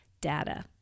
data